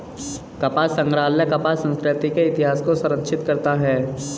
कपास संग्रहालय कपास संस्कृति के इतिहास को संरक्षित करता है